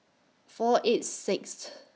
four eight Sixth